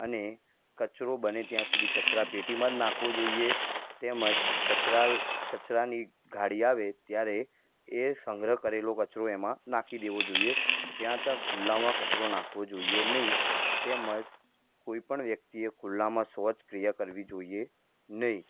અને કચરો બને ત્યાં સુધી કચરા પેટીમાં જ નાખવો જોઇએ તેમજ કચરા કચરાની ગાડી આવે ત્યારે એ સંગ્રહ કરેલો કચરો એમા નાખી દેવો જોઇએ જ્યાં ત્યાં ખુલ્લામાં કચરો નાખવો જોઇએ નહીં તેમજ કોઇપણ વ્યક્તિ એ ખુલ્લામાં શૌચક્રિયા કરવી જોઇએ નહીં